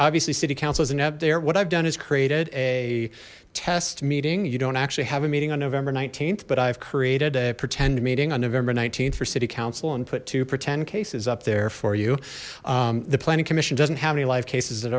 obviously city council is an app there what i've done is created a test meeting you don't actually have a meeting on november th but i've created a pretend meeting on november th for city council and put to pretend cases up there for you the planning commission doesn't have any live cases that